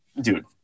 dude